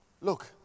Look